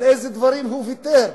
על איזה דברים הוא ויתר?